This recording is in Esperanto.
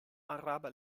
araba